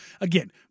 Again